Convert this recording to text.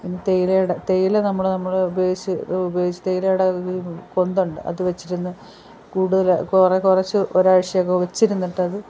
പിന്നെ തേയിലേടെ തേയില നമ്മൾ നമ്മളുപയോഗിച്ച് തെയിലേടെയിത് കൊന്തുണ്ട് അത് വെച്ചിരുന്ന് കൂടുതൽ കുറച്ച് കുറച്ച് ഒരാഴ്ച്ചയൊക്കെ വെച്ചിരുന്നിട്ടത്